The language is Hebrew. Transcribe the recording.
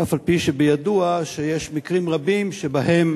אף-על-פי שבידוע שיש מקרים רבים שבהם